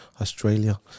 Australia